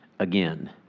again